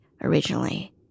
originally